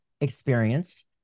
experienced